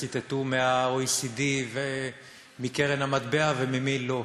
וציטטו מה-OECD ומקרן המטבע וממי לא.